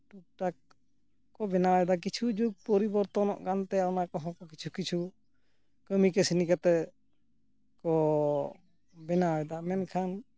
ᱴᱩᱠᱼᱴᱟᱠ ᱠᱚ ᱵᱮᱱᱟᱣ ᱮᱫᱟ ᱠᱤᱪᱷᱩ ᱡᱩᱜᱽ ᱯᱚᱨᱤᱵᱚᱨᱛᱚᱱᱚᱜ ᱠᱟᱱᱛᱮ ᱚᱱᱟ ᱠᱚᱦᱚᱸ ᱠᱚ ᱠᱤᱪᱷᱩ ᱠᱤᱪᱷᱩ ᱠᱟᱹᱢᱤ ᱠᱟᱹᱥᱱᱤ ᱠᱟᱛᱮ ᱠᱚ ᱵᱮᱱᱟᱣ ᱮᱫᱟ ᱢᱮᱱᱠᱷᱟᱱ